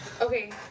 Okay